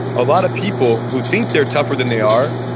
a lot of people who think they're tougher than they are,